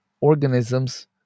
organisms